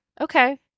Okay